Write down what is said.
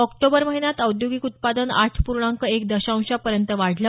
October महिन्यात औद्योगिक उत्पादन आठ पूर्णांक एक दशांशापर्यंत वाढलं